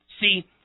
See